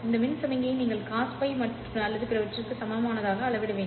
இந்த மின் சமிக்ஞையை நீங்கள் cos π அல்லது பிறவற்றிற்கு சமமானதாக அளவிட வேண்டும்